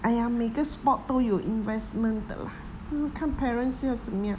!aiya! 每个 sport 都有 investment 的 lah 就是看 parents 要怎样